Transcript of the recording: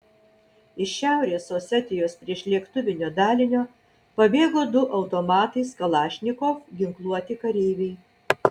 iš šiaurės osetijos priešlėktuvinio dalinio pabėgo du automatais kalašnikov ginkluoti kareiviai